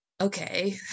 okay